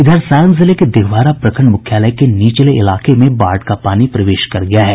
इधर सारण जिले के दिघवारा प्रखंड मुख्यालय के निचले इलाके में बाढ़ का पानी प्रवेश कर गया है